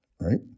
Right